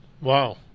Wow